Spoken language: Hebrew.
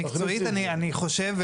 מקצועית אני חושב,